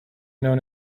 known